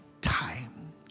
time